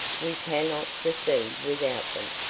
we cannot proceed without them.